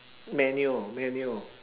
manual manual